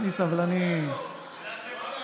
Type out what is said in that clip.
באת עם סבלנות היום, השר פורר.